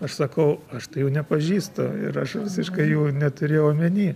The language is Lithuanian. aš sakau aš tai jų nepažįsta ir aš visiškai jų neturėjau omeny